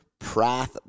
Prath